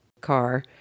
car